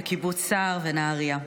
בקיבוץ סער ובנהריה.